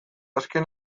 azken